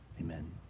Amen